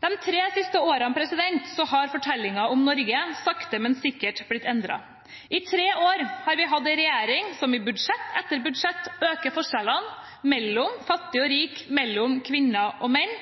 De siste tre årene har fortellingen om Norge sakte, men sikkert blitt endret. I tre år har vi hatt en regjering som i budsjett etter budsjett øker forskjellene mellom fattig og rik, mellom kvinner og menn,